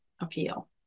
appeal